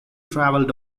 traveled